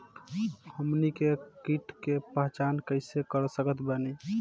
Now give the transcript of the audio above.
हमनी के कीट के पहचान कइसे कर सकत बानी?